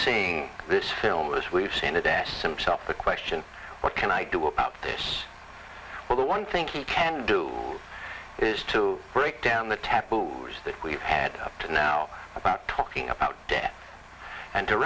seeing this film as we've seen it asked him self the question what can i do about this or the one think you can do is to break down the taboos that we've had up to now about talking about death and to